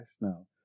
No